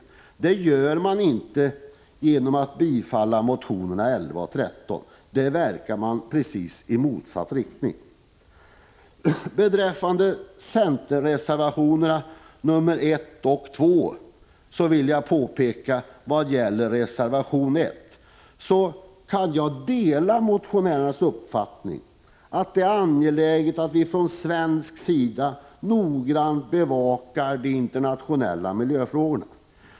Det gör man inte genom att bifalla reservationerna 11 och 13 — det skulle verka i rakt motsatt riktning. När det gäller centerreservationerna 1 och 2 kan jag dela reservanternas uppfattning i reservation 1, att det är angeläget att vi från svensk sida noggrant bevakar de internationella miljöfrågorna.